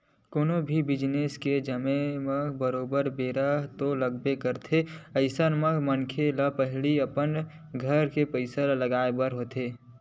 कोनो भी बिजनेस के जमें म बरोबर बेरा तो लगबे करथे अइसन म मनखे ल पहिली अपन घर के पइसा लगाय बर होथे